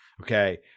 Okay